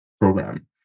program